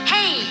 Hey